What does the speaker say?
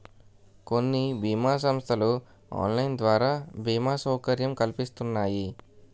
కొన్ని బీమా సంస్థలు ఆన్లైన్ ద్వారా బీమా సౌకర్యం కల్పిస్తున్నాయి